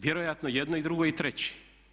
Vjerojatno jedno i drugo i treće.